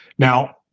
Now